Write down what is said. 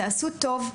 תעשו טוב,